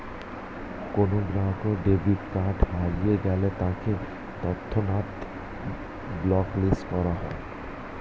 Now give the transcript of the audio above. কোনো গ্রাহকের debit card হারিয়ে গেলে তাকে তৎক্ষণাৎ ব্লক লিস্ট করা হয়